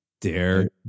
Dare